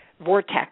vortex